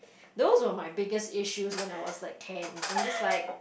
those were my biggest issues when I was like ten I'm just like